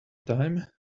time